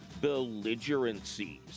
belligerencies